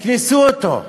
תקנסו אותו,